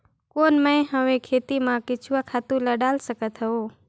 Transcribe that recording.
कौन मैं हवे खेती मा केचुआ खातु ला डाल सकत हवो?